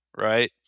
right